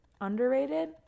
underrated